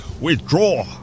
withdraw